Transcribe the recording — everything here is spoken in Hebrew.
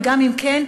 וגם אם כן,